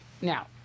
Now